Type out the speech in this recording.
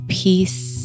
peace